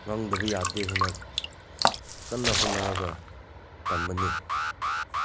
ꯉꯥꯡꯗꯕ ꯌꯥꯗꯦ ꯍꯥꯏꯅ ꯀꯟꯅ ꯍꯣꯠꯅꯔꯒ ꯇꯝꯕꯅꯦ